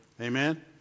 Amen